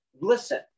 listen